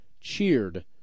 cheered